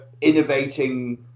innovating